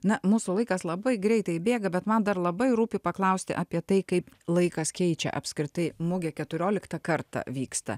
na mūsų laikas labai greitai bėga bet man dar labai rūpi paklausti apie tai kaip laikas keičia apskritai mugė keturioliktą kartą vyksta